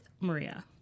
Maria